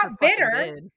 bitter